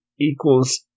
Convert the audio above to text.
equals